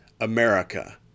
America